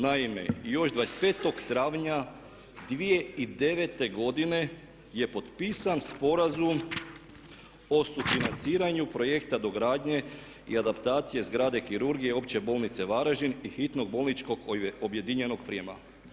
Naime, još 25. travnja 2009. godine je potpisan Sporazum o sufinanciranju projekta dogradnje i adaptacije zgrade kirurgije Opće bolnice Varaždin i hitnog bolničkog objedinjenog prijema.